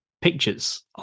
pictures